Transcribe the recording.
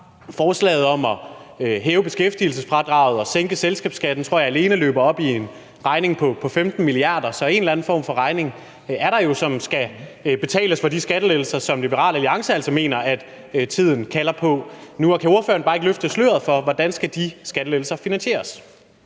forslaget om at hæve beskæftigelsesfradraget og sænke selskabsskatten tror jeg alene løber op i en regning på 15 mia. kr., så en eller anden form for regning er der jo, som skal betales for de skattelettelser, som Liberal Alliance altså mener at tiden kalder på nu. Og kan ordføreren bare ikke løfte sløret for, hvordan de skattelettelser skal finansieres?